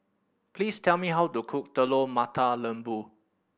please tell me how to cook Telur Mata Lembu